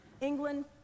England